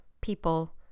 people